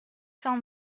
cent